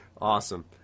Awesome